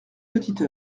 petite